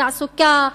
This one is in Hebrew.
תעסוקה,